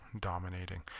dominating